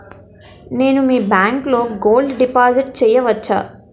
నేను మీ బ్యాంకులో గోల్డ్ డిపాజిట్ చేయవచ్చా?